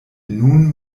nun